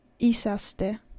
Isaste